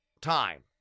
time